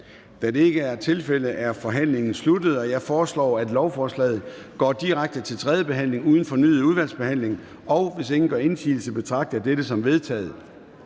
Da det ikke er tilfældet, er forhandlingen sluttet. Jeg foreslår, at lovforslaget går direkte til tredje behandling uden fornyet udvalgsbehandling, og hvis ingen gør indsigelse, betragter jeg dette som vedtaget.